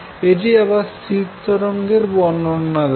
এটি আবার স্থির তরঙ্গ এর বর্ণনা দেয়